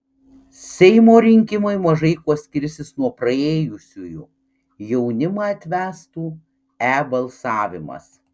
seimo rinkimai mažai kuo skirsis nuo praėjusiųjų jaunimą atvestų e balsavimas